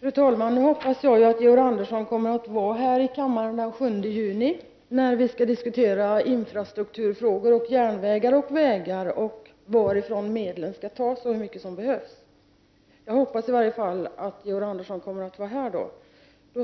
Fru talman! Jag hoppas att Georg Andersson kommer att vara här i kammaren den 7 juni, när vi skall diskutera infrastrukturfrågor, järnvägar och vägar, varifrån medlen skall tas och hur mycket som behövs. Jag